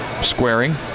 Squaring